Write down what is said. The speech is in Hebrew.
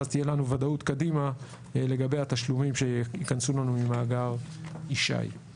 ואז תהיה לנו ודאות קדימה לגבי התשלומים שיכנסו לנו ממאגר ישי.